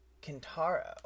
Kintaro